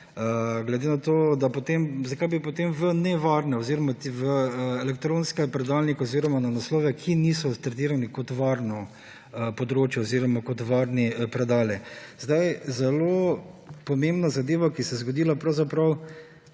pravzaprav. Zakaj bi potem v ne varne oziroma v elektronske predalnike oziroma na naslove, ki niso tretirani kot varno področje oziroma kot varni predali? Zelo pomembna zadeva, ki se je zgodila včeraj,